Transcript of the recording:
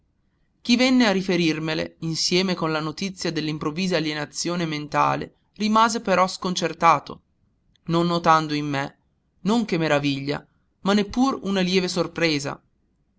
chi venne a riferirmele insieme con la notizia dell'improvvisa alienazione mentale rimase però sconcertato non notando in me non che meraviglia ma neppur una lieve sorpresa